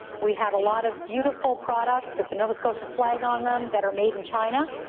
we have a lot of beautiful products with the nova scotia flag on them that are made in china,